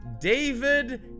David